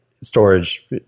storage